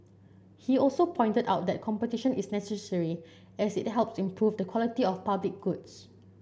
he also pointed out that competition is necessary as it helps improve the quality of public goods